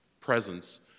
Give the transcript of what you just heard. presence